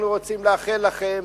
ביום חגכם אנחנו רוצים לאחל לכם,